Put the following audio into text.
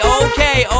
okay